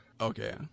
Okay